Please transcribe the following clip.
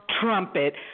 trumpet